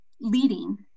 leading